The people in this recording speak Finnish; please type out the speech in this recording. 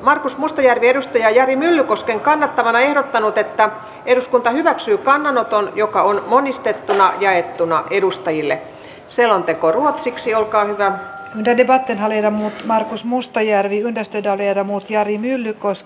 markus mustajärvi jari myllykosken kannattamana ehdottanut että eduskunta hyväksyy kannanoton joka on monistettuna jaettu edustajille selonteko ruotsiksi olkaa hyvä ja kiva pihalle markus mustajärvi väistetään jermut jari myllykoski